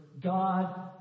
God